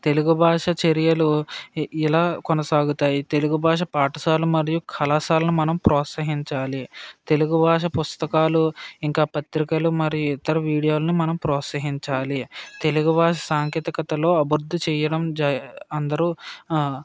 తెలుగు భాష చర్యలు ఇలా కొనసాగుతాయి తెలుగు భాష పాఠశాల మరియు కళాశాలను మనం ప్రోత్సహించాలి తెలుగు భాష పుస్తకాలు ఇంకా పత్రికలు మరియు ఇతర వీడియోలను మనం ప్రోత్సహించాలి తెలుగు భాష సాంకేతికతలో అభివృద్ధి చేయడం జ అందరూ